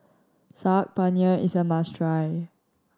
Saag Paneer is a must try